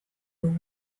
dugu